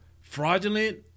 fraudulent